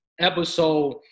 episode